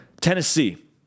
Tennessee